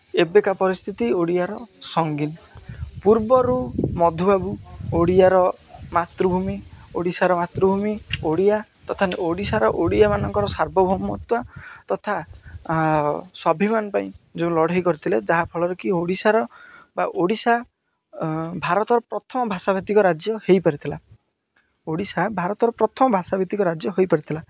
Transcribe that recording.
ଏବେକା ପରିସ୍ଥିତି ଓଡ଼ିଆର ସଙ୍ଗୀନ ପୂର୍ବରୁ ମଧୁବାବୁ ଓଡ଼ିଆର ମାତୃଭୂମି ଓଡ଼ିଶାର ମାତୃଭୂମି ଓଡ଼ିଆ ତଥା ଓଡ଼ିଶାର ଓଡ଼ିଆମାନଙ୍କର ସାର୍ବଭୌମତ୍ଵ ତଥା ସ୍ୱଭିମାନ ପାଇଁ ଯେଉଁ ଲଢ଼େଇ କରିଥିଲେ ଯାହା ଫଳରେକି ଓଡ଼ିଶାର ବା ଓଡ଼ିଶା ଭାରତର ପ୍ରଥମ ଭାଷାଭିତ୍ତିକ ରାଜ୍ୟ ହୋଇପାରିଥିଲା ଓଡ଼ିଶା ଭାରତର ପ୍ରଥମ ଭାଷାଭିତ୍ତିକ ରାଜ୍ୟ ହୋଇପାରିଥିଲା